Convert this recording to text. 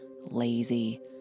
lazy